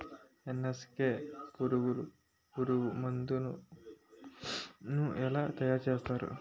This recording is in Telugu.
ఎన్.ఎస్.కె పురుగు మందు ను ఎలా తయారు చేస్తారు?